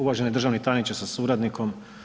Uvaženi državni tajniče sa suradnikom.